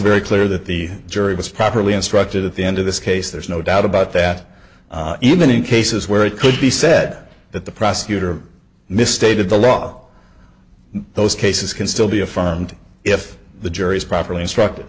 very clear that the jury was properly instructed at the end of this case there's no doubt about that even in cases where it could be said that the prosecutor misstated the law those cases can still be affirmed if the jury is properly instruct